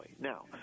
now